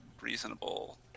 reasonable